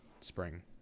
spring